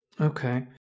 Okay